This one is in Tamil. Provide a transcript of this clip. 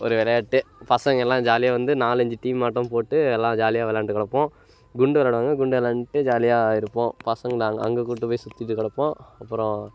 ஒரு விளயாட்டு பசங்கள் எல்லாம் ஜாலியாக வந்து நாலு அஞ்சு டீமாட்டம் போட்டு எல்லாம் ஜாலியாக விளயாண்ட்டு கிடப்போம் குண்டு விளயாடுவாங்க குண்டு விளயாண்ட்டு ஜாலியாக இருப்போம் பசங்கள் நாங்கள் அங்கே கூப்பிட்டு போய் சுற்றிட்டு கிடப்போம் அப்புறம்